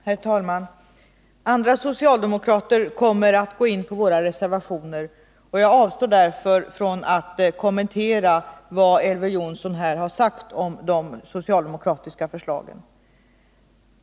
Herr talman! Andra socialdemokrater kommer att gå in på våra reservationer, och jag avstår därför från att kommentera vad Elver Jonsson här har sagt om de socialdemokratiska förslagen.